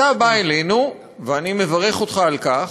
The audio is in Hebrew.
אתה בא אלינו, ואני מברך אותך על כך,